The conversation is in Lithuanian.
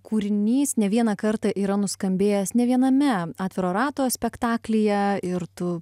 kūrinys ne vieną kartą yra nuskambėjęs ne viename atviro rato spektaklyje ir tu